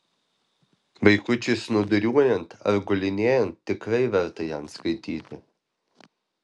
vaikučiui snūduriuojant ar gulinėjant tikrai verta jam skaityti